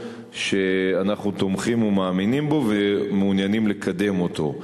שאנחנו תומכים ומאמינים בו ומעוניינים לקדם אותו.